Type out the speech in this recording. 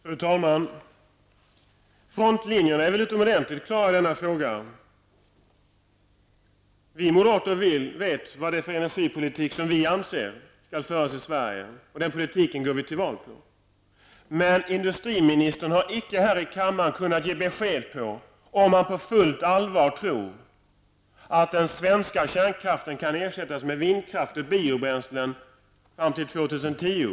Fru talman! Frontlinjerna är väl utomordentligt klara i den här frågan. Vi moderater vet vad det är för energipolitik som vi anser skall föras i Sverige. Den politiken går vi till val på. Men industriministern har icke här i kammaren kunnat ge besked om han på fullt allvar tror att den svenska kärnkraften kan ersättas med vindkraft och biobränslen fram till år 2010.